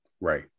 Right